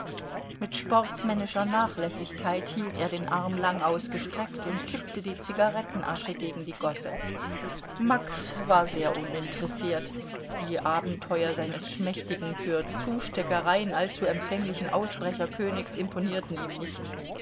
mit sportsmännischer nachlässigkeit hielt er den arm lang ausgestreckt und tippte die zigarettenasche gegen die gosse max war sehr uninteressiert die abenteuer seines schmächtigen für zusteckereien allzu empfänglichen ausbrecherkönigs imponierten ihm nicht